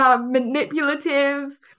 manipulative